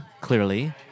clearly